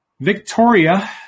Victoria